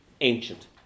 ancient